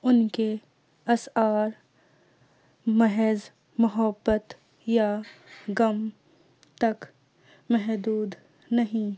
ان کے اشعار محض محبت یا غم تک محدود نہیں